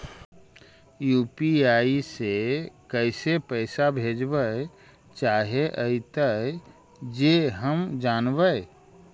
UPI से कैसे पैसा भेजबय चाहें अइतय जे हम जानबय?